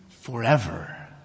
Forever